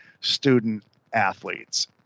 student-athletes